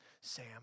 Sam